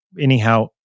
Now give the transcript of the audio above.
Anyhow